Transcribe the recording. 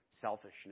Selfishness